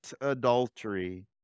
adultery